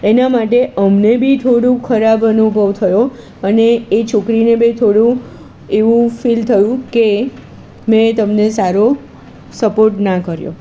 એના માટે અમને બી થોડું ખરાબ અનુભવ થયો અને એ છોકરીને બી થોડું એવું ફિલ થયું કે મેં તમને સારો સપોર્ટ ના કર્યો